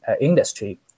industry